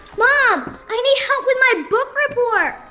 mom, i need help with my book report.